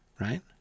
Right